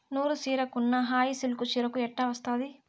నూరు చీరకున్న హాయి సిల్కు చీరకు ఎట్టా వస్తాది